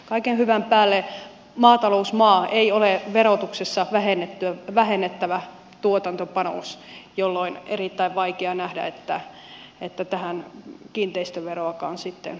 kaiken hyvän päälle maatalousmaa ei ole verotuksessa vähennettävä tuotantopanos jolloin on erittäin vaikea nähdä että tähän kiinteistöveroakaan sitten voitaisiin lisätä